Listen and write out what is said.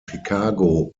chicago